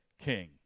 king